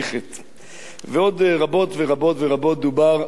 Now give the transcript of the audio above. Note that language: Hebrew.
ועוד רבות ורבות ורבות דובר על ערך השתיקה,